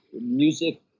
Music